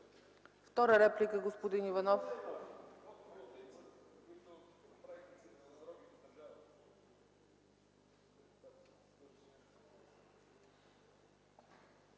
Втора реплика – господин Лазаров.